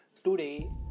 Today